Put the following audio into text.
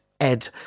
Ed